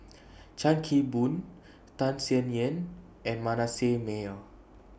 Chan Kim Boon Tham Sien Yen and Manasseh Meyer